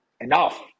enough